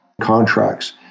contracts